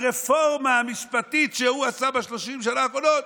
הרפורמה המשפטית שהוא עשה ב-30 שנה האחרונות,